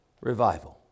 revival